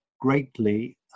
greatly